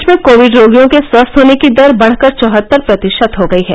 देश में कोविड रोगियों के स्वस्थ होने की दर बढकर चौहत्तर प्रतिशत हो गई है